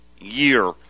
year